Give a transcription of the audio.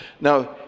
Now